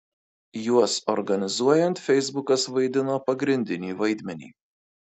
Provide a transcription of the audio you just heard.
juos organizuojant feisbukas vaidino pagrindinį vaidmenį